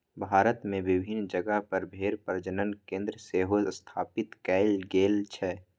भारत मे विभिन्न जगह पर भेड़ प्रजनन केंद्र सेहो स्थापित कैल गेल छै